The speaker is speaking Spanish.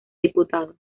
diputado